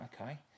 okay